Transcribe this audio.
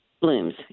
blooms